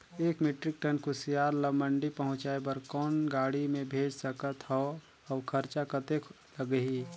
एक metric tonne कुसियार ल मंडी पहुंचाय बर कौन गाड़ी मे भेज सकत हव अउ खरचा कतेक लगही?